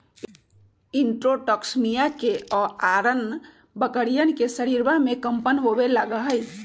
enterotoxaemia के अआरण बकरियन के शरीरवा में कम्पन होवे लगा हई